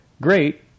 great